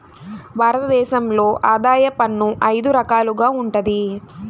భారత దేశంలో ఆదాయ పన్ను అయిదు రకాలుగా వుంటది